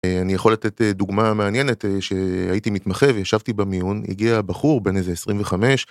אני יכול לתת דוגמה מעניינת שהייתי מתמחה וישבתי במיון הגיע בחור בין איזה 25.